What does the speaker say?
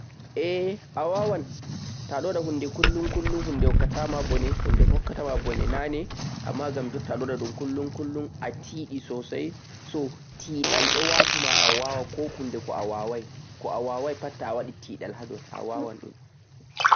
Ae awawan ta'aɗon waɗa hunde kullun-kullun hunde mai nyarnatama bone ngam alatti aɗonwaɗaɗun kullum, ateeɗe sosai. Teeɗal ɗon watuma awawa koɗumi je awawai.